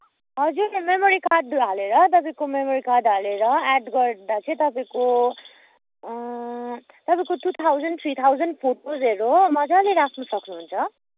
हजुर मेमोरी कार्डहरू हालेर तपाईँको मेमोरी कार्ड हालेर एड गर्दा चाहिँ तपाईँको तपाईँको टु थाउजन्ड थ्री थाउजन्ड फोटोजहरू हो मजाले राख्न सक्नुहुन्छ